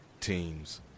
teams